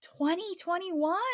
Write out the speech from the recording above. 2021